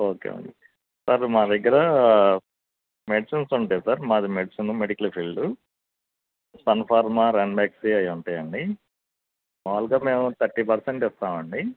okay అండి sir మా దగ్గర మెడిసిన్స్ ఉంటయ సార్ మాది medicine medical field Sun Pharma Ranbaxy అవి ఉంటాయండి మాములుగా మేము థర్టీ పెర్సెంట్ ఇస్తామండి